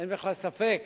אין בכלל ספק